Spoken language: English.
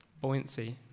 Buoyancy